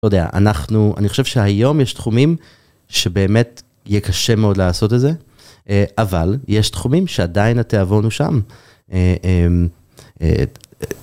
לא יודע, אנחנו, אני חושב שהיום יש תחומים שבאמת יהיה קשה מאוד לעשות את זה, אבל יש תחומים שעדיין התיאבון הוא שם.